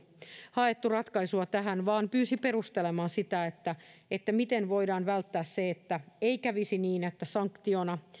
haettu ratkaisua tähän vaan pyysi perustelemaan sitä miten voidaan välttää se että kävisi niin että sanktiona